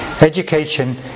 education